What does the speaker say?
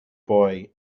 boy